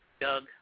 Doug